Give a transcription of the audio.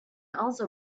also